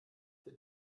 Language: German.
für